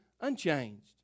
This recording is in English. unchanged